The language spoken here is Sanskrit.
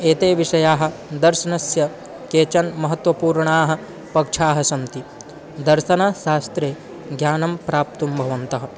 एते विषयाः दर्शनस्य केचन महत्त्वपूर्णाः पक्षाः सन्ति दर्शनशास्त्रे ज्ञानं प्राप्तुं भवन्तः